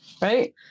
Right